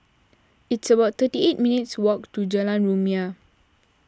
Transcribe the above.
it's about thirty eight minutes' walk to Jalan Rumia